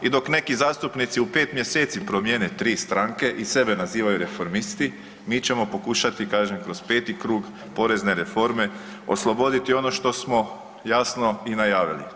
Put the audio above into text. I dok neki zastupnici u 5 mj. promijene tri stranke i sebe nazivaju reformisti, mi ćemo pokušati, kaže, kroz 5. krug porezne reforme osloboditi ono što smo jasno i najavili.